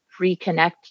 reconnect